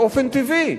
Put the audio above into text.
באופן טבעי,